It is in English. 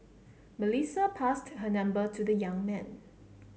Melissa passed her number to the young man